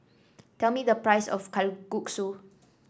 tell me the price of Kalguksu